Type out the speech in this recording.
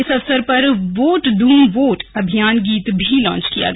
इस अवसर पर वोट दून वोट अभियान गीत भी लॉन्च किया गया